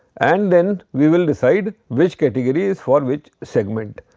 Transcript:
and then we will decide which category is for which segment.